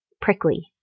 prickly